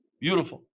beautiful